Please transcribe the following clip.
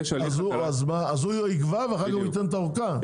אז הוא יקבע ואחר כך הוא ייתן את האורכה,